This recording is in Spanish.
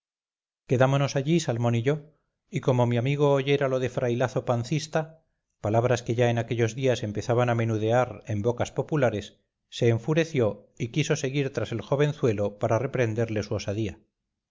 plata quedámonos allí salmón y yo y como mi amigo oyera lo de frailazo poncista palabras que ya en aquellos días empezaban a menudearen bocas populares se enfureció y quiso seguir tras el jovenzuelo para reprenderle su